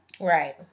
Right